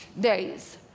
days